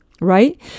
right